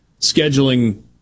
scheduling